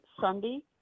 Sunday